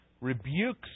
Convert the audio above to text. rebukes